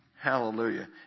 Hallelujah